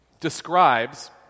describes